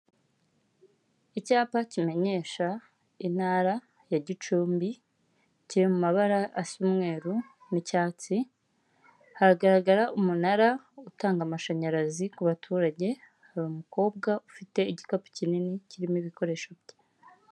Icyapa kimenyesha, intara ya Gicumbi, kiri mu mabara asa umweru n'icyatsi, hagaragara umunara utanga amashanyarazi ku baturage, hari umukobwa ufite igikapu kinini kirimo ibikoresho bye.